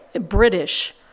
British